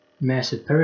massive